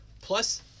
Plus